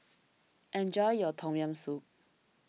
enjoy your Tom Yam Soup